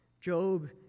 Job